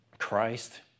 Christ